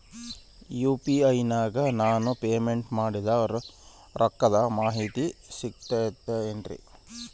UPI ನಾಗ ನಾನು payment ಮಾಡಿದ ರೊಕ್ಕದ ಮಾಹಿತಿ ಸಿಕ್ತದೆ ಏನ್ರಿ?